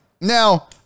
Now